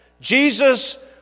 Jesus